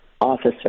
officer